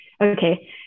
okay